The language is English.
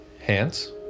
hands